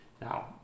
Now